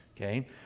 okay